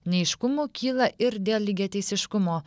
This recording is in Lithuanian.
neaiškumų kyla ir dėl lygiateisiškumo